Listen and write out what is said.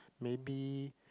maybe